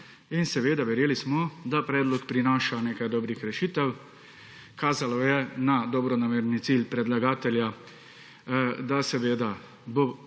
in verjeli smo, da predlog prinaša nekaj dobrih rešitev. Kazalo je na dobronamerni cilj predlagatelja, da se bo